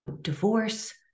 divorce